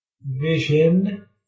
vision